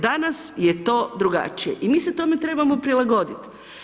Danas je to drugačije i mi se tome trebamo prilagoditi.